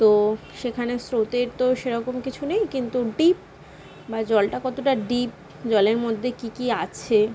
তো সেখানে স্রোতের তো সেরকম কিছু নেই কিন্তু ডিপ বা জলটা কতোটা ডিপ জলের মধ্যে কী কী আছে